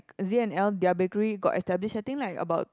Z and L their bakery got establish I think like about